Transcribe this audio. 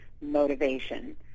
motivation